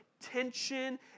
tension